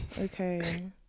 Okay